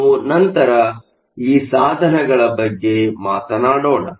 ನಾವು ನಂತರ ಈ ಸಾಧನಗಳ ಬಗ್ಗೆ ಮಾತನಾಡೋಣ